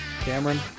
Cameron